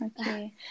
Okay